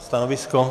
Stanovisko?